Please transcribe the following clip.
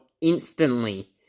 instantly